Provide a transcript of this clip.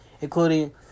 including